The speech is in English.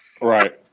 Right